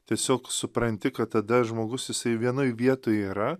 tiesiog supranti kad tada žmogus jisai vienoj vietoj yra